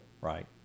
Right